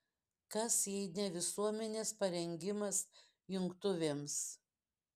kas jei ne visuomenės parengimas jungtuvėms